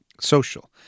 social